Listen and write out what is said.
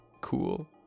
Cool